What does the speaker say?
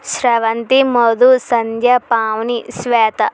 Sravanthi Madhu Sandhya Pavani Shweta